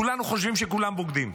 כולנו חושבים שכולם בוגדים.